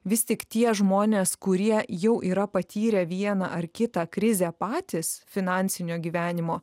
vis tik tie žmonės kurie jau yra patyrę vieną ar kitą krizę patys finansinio gyvenimo